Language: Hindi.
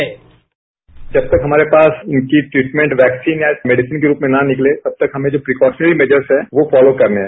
साउंड बाईट जब तक हमारे पास इनकी ट्रीटमेंट वैक्सीन या मेडिसन के रूप में ना निकले तब तक हमें जो प्रिकॉशनरी मैजर्स हैं वो फॉलो करने हैं